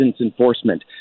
enforcement